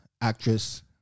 actress